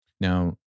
Now